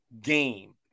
game